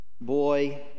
Boy